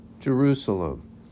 Jerusalem